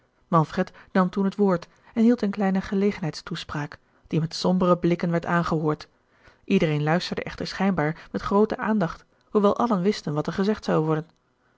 manfred nam toen het woord en hield een kleine gelegenheidstoespraak die met sombere blikken werd aangehoord iedereen luisterde echter schijnbaar met groote aandacht hoewel allen wisten wat er gezegd zou worden